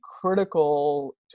critical